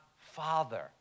Father